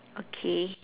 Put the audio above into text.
okay